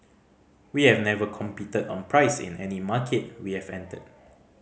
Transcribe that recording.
we have never competed on price in any market we have entered